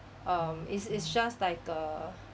um it's it's just like a